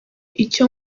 icyo